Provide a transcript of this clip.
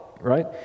right